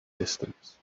distance